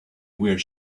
where